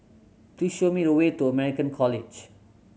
please show me the way to American College